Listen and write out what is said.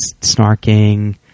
snarking